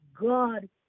God